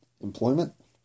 employment